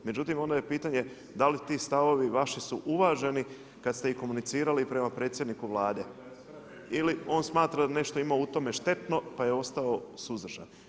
Međutim onda je pitanje da li ti stavovi vaši su uvaženi kad ste komunicirali prema predsjedniku Vlade ili on smatra da nešto ima u tome štetno pa je ostao suzdržan.